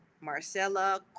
Marcella